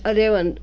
ಅದೇ ಒಂದು